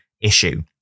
issue